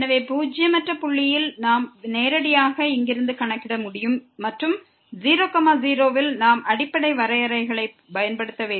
எனவே பூஜ்ஜியமற்ற புள்ளியில் நாம் நேரடியாக இங்கிருந்து கணக்கிடமுடியும் மற்றும் 0 0 ல் நாம் அடிப்படை வரையறைகளைப் பயன்படுத்த வேண்டும்